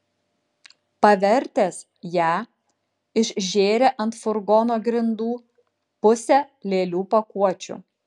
pavertęs ją išžėrė ant furgono grindų pusę lėlių pakuočių